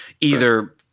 either-